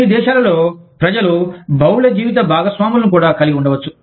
కొన్ని దేశాలలో ప్రజలు బహుళ జీవిత భాగస్వాములు కూడా కలిగి ఉండవచ్చు